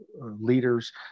leaders